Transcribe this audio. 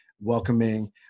welcoming